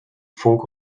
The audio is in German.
funk